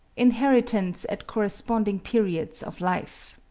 inheritance at corresponding periods of life.